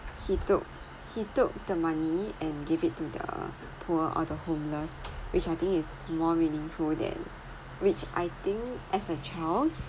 he took he took the money and gave it to the poor or the homeless which I think it's more meaningful than which I think as a child